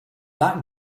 that